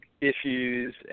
issues